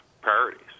priorities